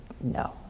No